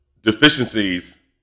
deficiencies